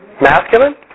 Masculine